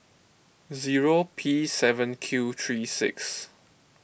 zero P seven Q three six